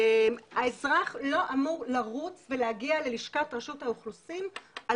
האזרח לא אמור לרוץ ולהגיע ללשכת רשות המסים על